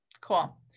Cool